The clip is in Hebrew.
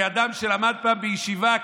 כאדם שלמד פעם בישיבה,